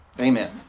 Amen